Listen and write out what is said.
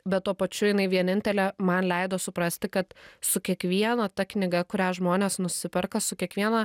bet tuo pačiu jinai vienintelė man leido suprasti kad su kiekviena ta knyga kurią žmonės nusiperka su kiekviena